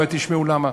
עוד מעט תשמעו למה.